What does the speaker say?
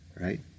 right